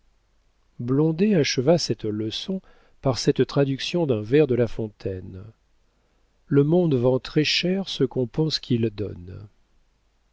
acheva cette leçon par cette traduction d'un vers de la fontaine le monde vend très-cher ce qu'on pense qu'il donne